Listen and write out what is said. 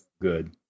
good